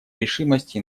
решимости